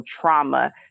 trauma